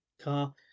car